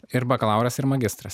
ir bakalauras ir magistras